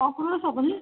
কোনে কৈছে আপুনি